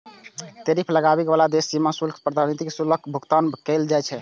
tariff लगाबै बला देशक सीमा शुल्क प्राधिकरण कें शुल्कक भुगतान कैल जाइ छै